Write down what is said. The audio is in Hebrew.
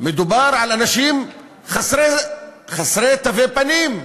מדובר על אנשים חסרי תווי פנים,